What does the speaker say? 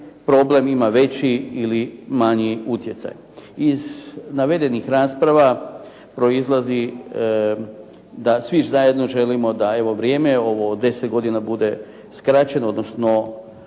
problem ima veći ili manji utjecaj. Iz navedenih rasprava proizlazi da svi zajedno želimo da, evo vrijeme je ovo od 10 godina bude skraćeno, odnosno